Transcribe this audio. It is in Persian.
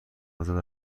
آزاد